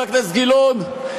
חבר הכנסת גילאון,